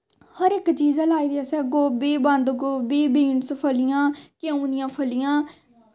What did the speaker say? हर इक्क चीज़ ऐ असैं लाई दी गोबी बंद गोभी बीनस फलियां केऔं दियां फलियां